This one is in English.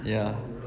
ya